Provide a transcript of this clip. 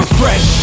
fresh